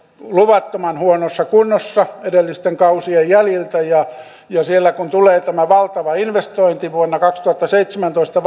luvattoman huonossa kunnossa edellisten kausien jäljiltä siellä kun valmistuu tämä valtava investointi vuonna kaksituhattaseitsemäntoista